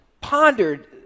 pondered